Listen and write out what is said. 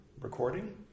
recording